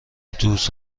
اتوبوس